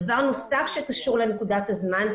דבר נוסף שקשור לנקודת הזמן,